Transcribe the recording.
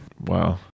Wow